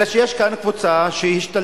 אלא שיש כאן קבוצה שהשתלטה